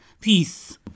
Peace